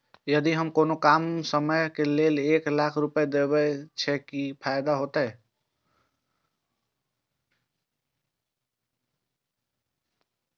यदि हम कोनो कम समय के लेल एक लाख रुपए देब छै कि फायदा होयत?